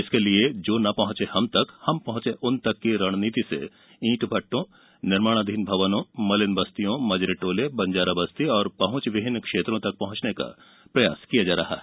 इसके लिए जो ने पहॅचे हम तक हम पहॅचे उन तक की रणनीति से ईट भट्टों निर्माणाधीन भवनों मलिन बस्तियों मजरे टोले बंजारा बस्ती और पहुंचविहीन क्षेत्रों तक पहुंचने का प्रयास किया जा रहा है